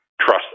trust